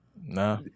Nah